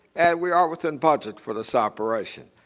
and we are within budget for this operation.